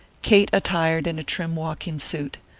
kate attired in a trim walking suit.